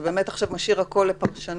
זה באמת עכשיו משאיר הכל לפרשנות.